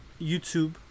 YouTube